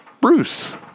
Bruce